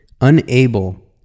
unable